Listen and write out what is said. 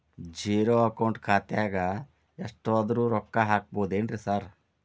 Zero account ಖಾತ್ಯಾಗ ಎಷ್ಟಾದ್ರೂ ರೊಕ್ಕ ಹಾಕ್ಬೋದೇನ್ರಿ ಸಾರ್?